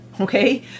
okay